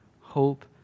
hope